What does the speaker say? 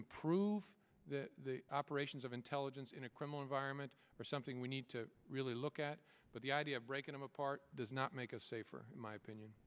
improve the operations of intelligence in a criminal environment or something we need to really look at but the idea of breaking them apart does not make us safer in my opinion